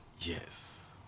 Yes